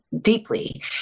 deeply